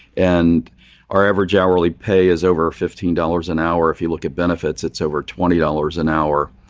and our average hourly pay is over fifteen dollars an hour. if you look at benefits, it's over twenty dollars an hour.